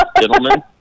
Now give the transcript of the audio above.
gentlemen